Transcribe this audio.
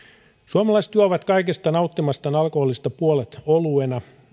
suomalaiset juovat kaikesta nauttimastaan alkoholista puolet oluena